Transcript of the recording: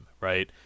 right